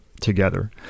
together